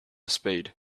spade